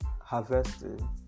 harvesting